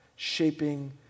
shaping